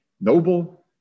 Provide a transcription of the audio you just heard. noble